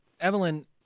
Evelyn